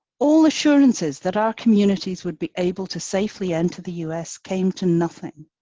all assurances that our communities would be able to safely enter the us came to nothing.